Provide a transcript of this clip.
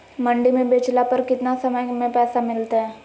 मंडी में बेचला पर कितना समय में पैसा मिलतैय?